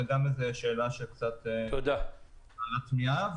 גם זו שאלה שצריך להתייחס אליה.